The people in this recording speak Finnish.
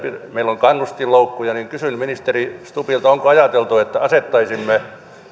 meillä on kannustinloukkuja kysyn ministeri stubbilta onko ajateltu että asettaisimme